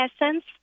essence